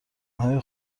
های